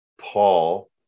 Paul